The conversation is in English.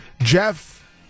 Jeff